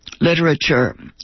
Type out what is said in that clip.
literature